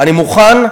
אני מוכן,